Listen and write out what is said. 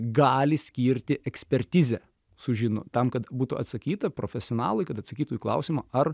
gali skirti ekspertizę sužino tam kad būtų atsakyta profesionalai kad atsakytų į klausimą ar